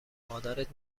مادرت